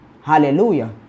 Hallelujah